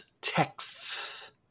texts